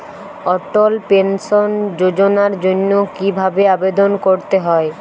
অটল pension যোজনার জন্য কি ভাবে আবেদন করতে হয়?